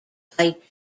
fight